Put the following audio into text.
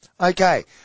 Okay